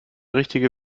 richtige